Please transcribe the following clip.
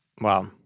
wow